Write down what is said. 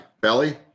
belly